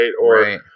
right